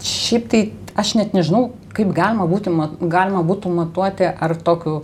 šiaip tai aš net nežinau kaip galima būti galima būtų matuoti ar tokiu